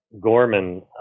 Gorman